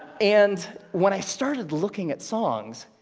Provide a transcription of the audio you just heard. and when i started looking at songs,